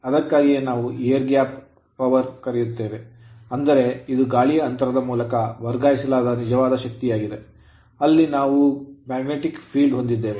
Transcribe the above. ಅದಕ್ಕಾಗಿಯೇ ನಾವು air gap ಗಾಳಿಯ ಅಂತರದಾದ್ಯಂತ power ಶಕ್ತಿಯನ್ನು ಕರೆಯುತ್ತೇವೆ ಅಂದರೆ ಇದು ಗಾಳಿಯ ಅಂತರದ ಮೂಲಕ ವರ್ಗಾಯಿಸಲಾದ ನಿಜವಾದ ಶಕ್ತಿಯಾಗಿದೆ ಅಲ್ಲಿ ನಾವು magnetic field ಕಾಂತೀಯ ಕ್ಷೇತ್ರವನ್ನು ಹೊಂದಿದ್ದೇವೆ